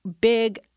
big